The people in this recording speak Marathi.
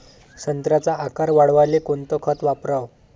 संत्र्याचा आकार वाढवाले कोणतं खत वापराव?